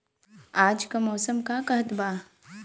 आज क मौसम का कहत बा?